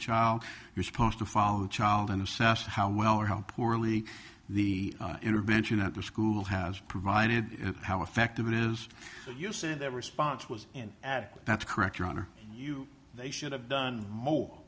child you're supposed to follow the child and assess how well or how poorly the intervention at the school has provided how effective it is you said their response was an ad that's correct your honor you they should have done more